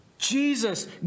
Jesus